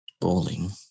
Bowling